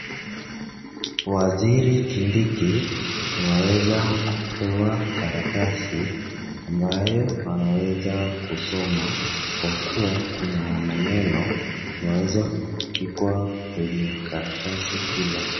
Waziri Kindiki ameweza kupewa karatasi ambayo anaweza kusoma kwa kuwa kuna maneno yameweza kupigwa kwenye karatasi hilo.